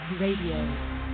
Radio